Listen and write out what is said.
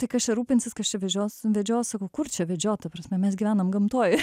tai kas čia rūpinsis kas čia vežios vedžios sakau kur čia vedžiot ta prasme mes gyvenam gamtoj